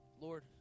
Lord